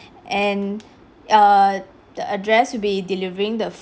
and err the address will be delivering the fo~